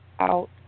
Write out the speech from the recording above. out